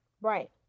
Right